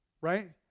right